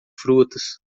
frutas